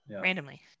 randomly